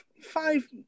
five